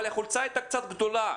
אבל החולצה הייתה קצת גדולה.